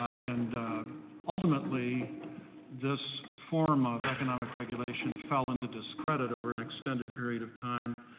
and ultimately this form of economic regulation fell into discredit over an extended period of time.